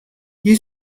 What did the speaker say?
you